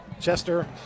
chester